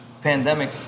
Pandemic